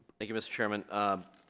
thank you mr. chairman um